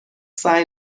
سعی